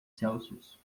celsius